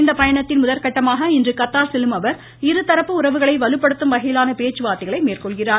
இந்த பயணத்தின் முதற்கட்டமாக இன்று கத்தார் செல்லும் அவர் இருதரப்பு உறவுகளை வலுப்படுத்தும் வகையிலான பேச்சுவார்த்தைகளை மேற்கொள்கிறார்